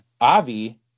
Avi